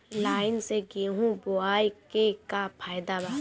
Line से गेहूं बोआई के का फायदा बा?